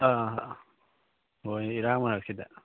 ꯑꯥ ꯍꯣꯏ ꯏꯔꯥꯡ ꯃꯔꯛꯁꯤꯗ